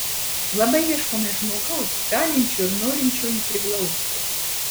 labai ieškome žmogaus galinčio ir norinčio jį priglausti